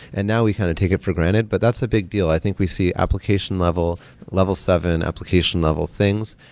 and now we kind of take it for granted. but that's a big deal. i think we see application level level seven application level things,